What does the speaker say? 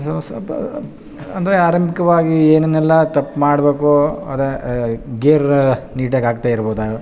so ಸ್ವಲ್ಪ ಅಂದರೆ ಆರಂಭಿಕವಾಗಿ ಏನೇನಲ್ಲ ತಪ್ಪು ಮಾಡಬೇಕು ಅದೆ ಗೇರ್ ನಿಟಾಗಿ ಹಾಕದೆ ಇರ್ಬೋದಾ